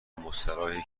مستراحی